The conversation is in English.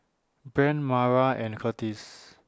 Brent Mayra and Curtiss